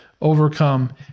overcome